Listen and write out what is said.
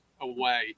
away